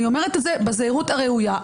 אני אומרת את זה בזהירות הראויה,